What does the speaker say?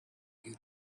you